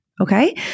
Okay